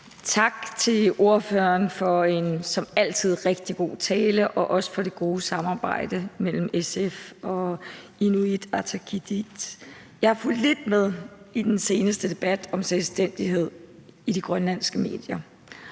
Tak til ordføreren for en som altid rigtig god tale og også for det gode samarbejde mellem SF og Inuit Ataqatigiit. Jeg har fulgt lidt med i den seneste debat om selvstændighed i de grønlandske medier,